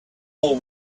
will